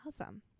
Awesome